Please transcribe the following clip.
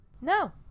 No